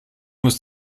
muss